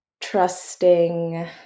trusting